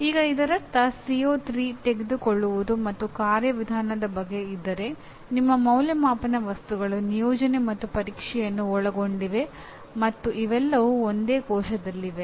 ಈಗ ಇದರರ್ಥ CO3 ತಿಳಿದುಕೊಳ್ಳುವುದು ಮತ್ತು ಕಾರ್ಯವಿಧಾನದ ಬಗ್ಗೆ ಇದ್ದರೆ ನಿಮ್ಮ ಅಂದಾಜುವಿಕೆಯ ವಸ್ತುಗಳು ನಿಯೋಜನೆ ಮತ್ತು ಪರೀಕ್ಷೆಯನ್ನು ಒಳಗೊಂಡಿವೆ ಮತ್ತು ಇವೆಲ್ಲವೂ ಒಂದೇ ಕೋಶದಲ್ಲಿವೆ